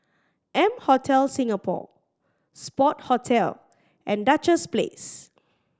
M Hotel Singapore Sport Hotel and Duchess Place